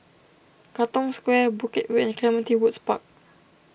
Katong Square Bukit Way and Clementi Woods Park